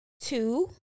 Two